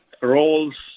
roles